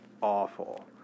awful